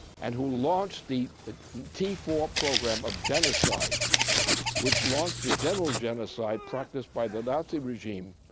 and who launched the t four program of genocide which launched the general genocide practiced by the nazi regime